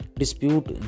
dispute